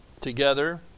Together